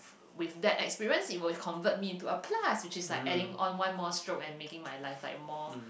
with that experience it will convert me into a plus which is like adding on one more stroke and making my life like more